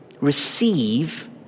receive